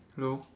hello